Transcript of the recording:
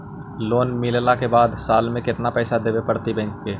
Loan मिलला के बाद साल में केतना पैसा देबे पड़तै बैक के?